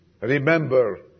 remember